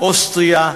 אוסטריה,